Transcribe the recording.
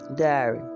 Diary